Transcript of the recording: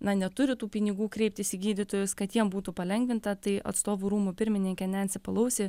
na neturi tų pinigų kreiptis į gydytojus kad jiem būtų palengvinta tai atstovų rūmų pirmininkė nenci palousi